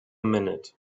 minute